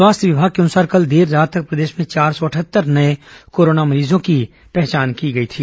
स्वास्थ्य विभाग के अनुसार कल देर रात तक प्रदेश में चार सौ अटहत्तर नये कोरोना मरीजों की पहचान की गई थी